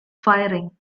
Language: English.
firing